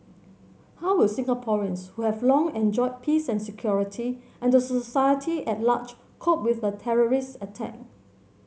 how will Singaporeans who have long enjoyed peace and security and the society at large cope with a terrorist attack